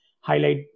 highlight